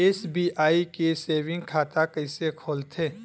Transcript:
SBI के saving खाता कइसे खोलथे?